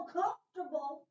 comfortable